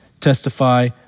testify